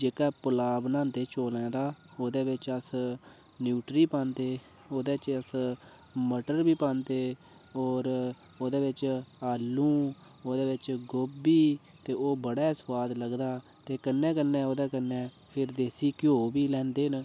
जेह्का पुलाऽ बनांदे चौलें दा ओह्दे बिच्च अस न्यूट्री पांदे ओह्दे च अस मटर बी पांदे होर ओह्दे बिच्च आलूं ओह्दे बिच्च गोबी ते ओह् बड़ा ही स्वाद लगदा ते कन्नै कन्नै ओह्दे कन्नै देसी फिर घ्यौ बी लैंदे न